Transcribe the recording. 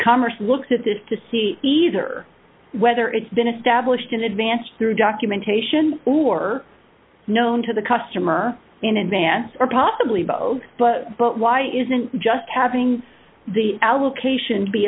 commerce looked at this to see either whether it's been established in advance through documentation or known to the customer in advance or possibly both but but why isn't just having the allocation be